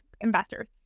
investors